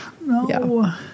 No